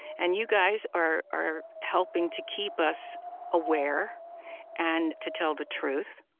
and you guys are are helping to keep us aware and to tell the truth.